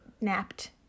napped